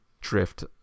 drift